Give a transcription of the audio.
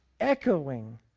echoing